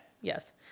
Yes